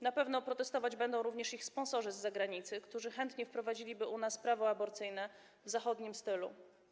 Na pewno protestować będą również ich sponsorzy z zagranicy, którzy chętnie wprowadziliby u nas prawo aborcyjne w zachodnim stylu.